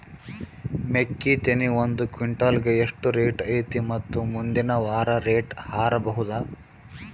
ಮೆಕ್ಕಿ ತೆನಿ ಒಂದು ಕ್ವಿಂಟಾಲ್ ಗೆ ಎಷ್ಟು ರೇಟು ಐತಿ ಮತ್ತು ಮುಂದಿನ ವಾರ ರೇಟ್ ಹಾರಬಹುದ?